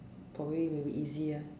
probably maybe easier